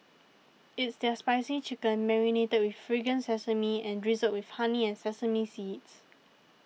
it's their spicy chicken marinated with fragrant sesame and drizzled with honey and sesame seeds